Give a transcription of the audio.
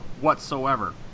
whatsoever